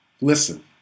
Listen